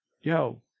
yo